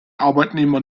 arbeitnehmer